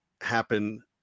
happen